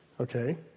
okay